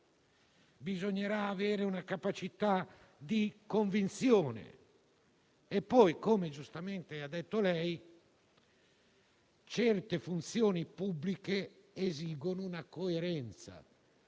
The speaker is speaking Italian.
bisognerà avere una capacità di convinzione. E poi - come giustamente è stato detto - certe funzioni pubbliche esigono coerenza: